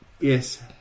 yes